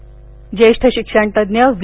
निधन ज्येष्ठ शिक्षणतज्ज्ञ वि